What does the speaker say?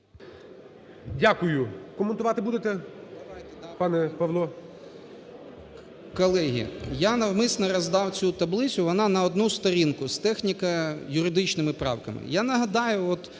Дякую. Коментувати будете, пане Павло?